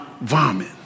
vomit